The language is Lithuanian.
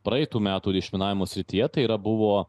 praeitų metų ir išminavimo srityje tai yra buvo